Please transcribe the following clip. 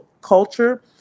culture